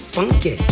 Funky